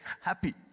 happy